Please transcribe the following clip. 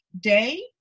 day